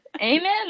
Amen